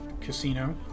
casino